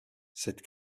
cette